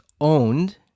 owned